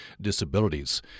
Disabilities